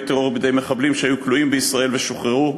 טרור שעשו מחבלים שהיו כלואים בישראל ושוחררו.